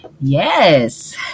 Yes